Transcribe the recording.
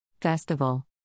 Festival